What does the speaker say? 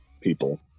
people